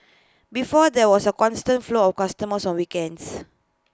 before there was A constant flow of customers on weekends